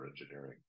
engineering